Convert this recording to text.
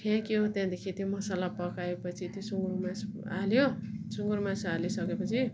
फ्याँक्यो त्यहाँदेखि त्यो मसाला पकाएपछि त्यो सुँगुरको मासु हाल्यो सुँगुरको मासु हालिसकेपछि